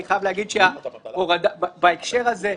אני חייב להגיד שבהקשר הזה,